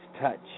touch